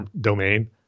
Domain